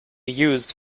used